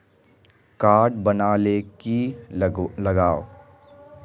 Card बना ले की लगाव?